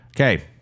Okay